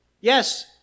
Yes